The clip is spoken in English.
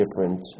different